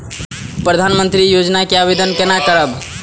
प्रधानमंत्री योजना के आवेदन कोना करब?